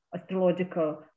astrological